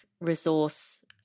resource